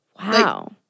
Wow